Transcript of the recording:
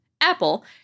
Apple